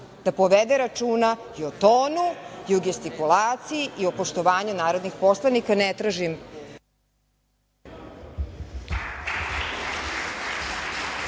da povede računa i o tonu i o gestikulaciji i o poštovanju narodnih poslanika. Ne tražim…